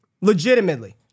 Legitimately